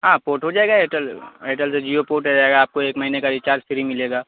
ہاں پورٹ ہو جائے گا ایئرٹیل ایئرٹیل سے جیو پورٹ ہو جائے گا آپ کو ایک مہینے کا ریچارج فری ملے گا